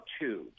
two